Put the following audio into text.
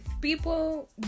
people